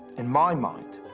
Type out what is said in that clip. in my mind,